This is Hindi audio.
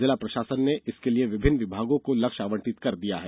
जिला प्रशासन ने इसके लिए विभिन्न विभागों को लक्ष्य आवंटित कर दिया है